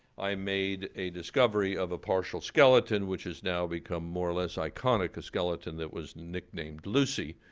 i made a discovery of a partial skeleton, which has now become more or less iconic, a skeleton that was nicknamed lucy,